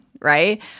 right